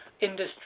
industry